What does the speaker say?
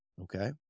Okay